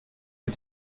für